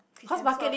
Chris-Hemsworth